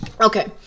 Okay